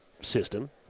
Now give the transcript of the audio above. system